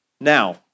Now